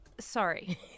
Sorry